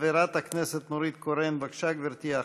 חברת הכנסת נורית קורן, בבקשה, גברתי.